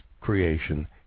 creation